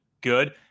good